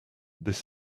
this